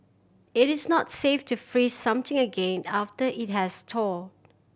it is not safe to freeze something again after it has thawed